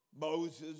Moses